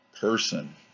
person